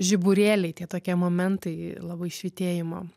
žiburėliai tie tokie momentai labai švytėjimo